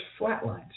flatlines